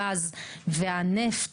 הגז והנפט,